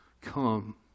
come